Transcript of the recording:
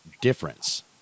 difference